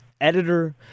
editor